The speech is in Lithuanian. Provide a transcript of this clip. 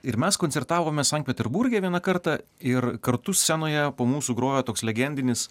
ir mes koncertavome sankt peterburge vieną kartą ir kartu scenoje po mūsų grojo toks legendinis